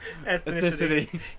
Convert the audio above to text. ethnicity